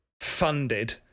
funded